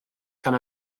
gan